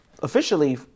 Officially